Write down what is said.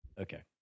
Okay